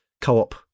co-op